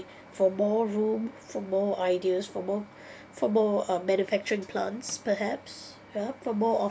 for more room for more ideas for more for more um manufacturing plants perhaps yeah for more